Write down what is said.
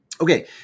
Okay